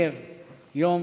הנגב יום